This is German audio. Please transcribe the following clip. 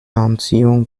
anziehung